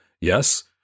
yes